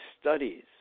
studies